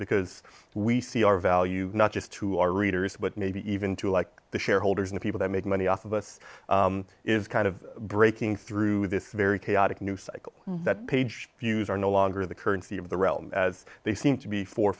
because we see our value not just to our readers but maybe even to like the shareholders and people that make money off of us is kind of breaking through this very chaotic new cycle that page views are no longer the currency of the realm as they seem to be for